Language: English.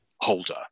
holder